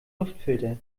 luftfilter